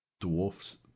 dwarfs